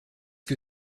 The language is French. que